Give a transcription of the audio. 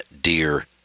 deer